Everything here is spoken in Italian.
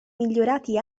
migliorati